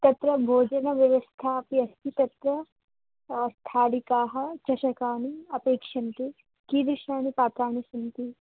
तत्र भोजनव्यवस्थापि अस्ति तत्र स्थालिकाः चषकानि अपेक्ष्यन्ते कीदृशानि पात्राणि सन्ति